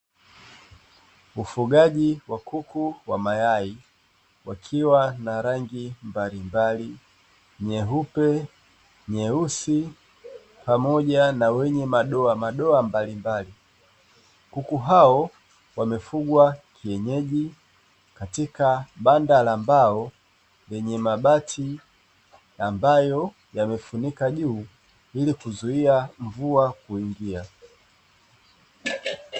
Ufugaji wa kuku wa mayai wakiwa na rangi mbalimbali nyeupe, nyeusi pamoja na wenye madoa madoa mbalimbali. kuku hao wamefugwa kienyeji katika banda la mbao lenye mabati ambayo yamefunika juu ili kuzuia mvua kuingia.